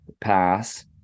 pass